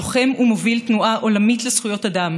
לוחם ומוביל תנועה עולמית לזכויות אדם